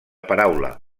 paraula